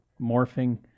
morphing